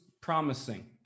promising